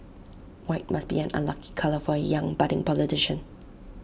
white must be an unlucky colour for A young budding politician